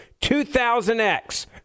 2000X